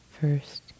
first